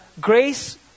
grace